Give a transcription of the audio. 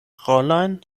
rolojn